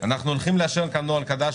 אנחנו הולכים לאשר כאן נוהל חדש,